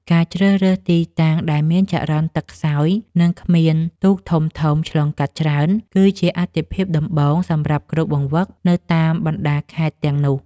ការជ្រើសរើសទីតាំងដែលមានចរន្តទឹកខ្សោយ និងគ្មានទូកធំៗឆ្លងកាត់ច្រើន គឺជាអាទិភាពដំបូងសម្រាប់គ្រូបង្វឹកនៅតាមបណ្ដាខេត្តទាំងនោះ។